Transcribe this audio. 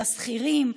לשכירים,